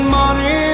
money